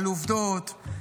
על עובדות.